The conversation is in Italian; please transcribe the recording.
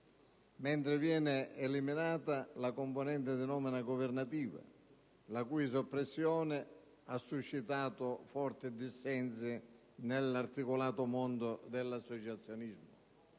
Viene invece eliminata la componente di nomina governativa, la cui soppressione ha suscitato forti dissensi nell'articolato mondo dell'associazionismo.